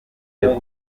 ryo